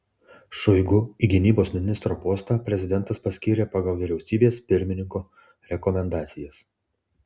šoigu į gynybos ministro postą prezidentas paskyrė pagal vyriausybės pirmininko rekomendacijas